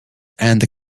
and